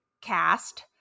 cast